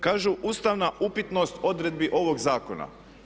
Kažu ustavna upitnost odredbi ovog zakona.